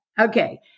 Okay